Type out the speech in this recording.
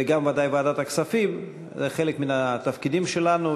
ודאי גם ועדת הכספים, זה אחד מהתפקידים שלנו.